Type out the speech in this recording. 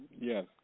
Yes